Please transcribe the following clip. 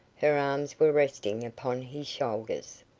her arms were resting upon his shoulders,